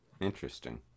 Interesting